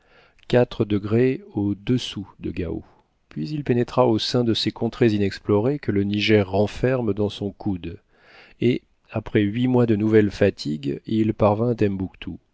quatre degrés au-dessous de gao puis il pénétra au sein de ces contrées inexplorées que le niger renferme dans son coude et après huit mois de nouvelles fatigues il